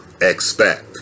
expect